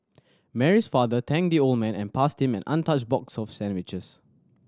Mary's father thanked the old man and passed him an untouched box of sandwiches